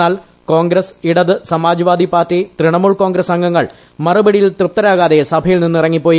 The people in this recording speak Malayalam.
എന്നാൽ കോൺഗ്രസ് ഇടത് സമാജ്വാദി പാർട്ടി തൃണമൂൽ കോൺഗ്രസ് അംഗങ്ങൾ മറുപടിയിൽ തൃപ്തരാകാതെ സഭയിൽ നിന്നിറങ്ങിപ്പോയി